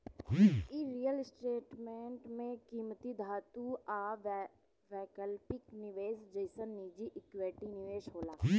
इ real estate में किमती धातु आ वैकल्पिक निवेश जइसन निजी इक्विटी में निवेश होला